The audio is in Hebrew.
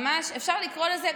ממש אפשר לקרוא לזה,